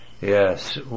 Yes